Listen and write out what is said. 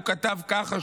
והוא כתב ככה,